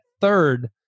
third